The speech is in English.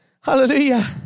Hallelujah